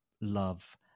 love